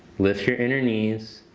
lift your inner knees.